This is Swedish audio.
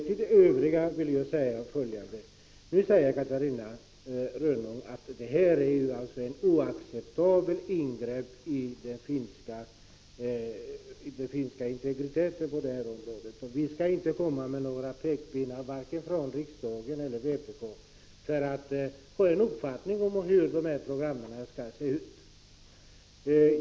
Till de övriga vill jag säga följande: Catarina Rönnung säger nu att vårt förslag är ett oacceptabelt ingrepp i den finska integriteten på det här området. Vi skall inte komma med några pekpinnar, varken från riksdagen eller från vpk, för att få en uppfattning om hur programmen skall se ut, säger hon.